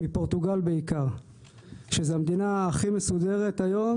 מפורטוגל בעיקר שזה המדינה הכי מסודרת היום.